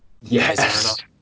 Yes